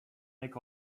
make